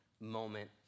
moment